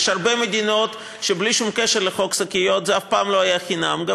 יש הרבה מדינות שבלי שום קשר לחוק השקיות זה אף פעם לא היה חינם אצלן,